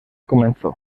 comenzó